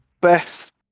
best